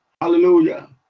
Hallelujah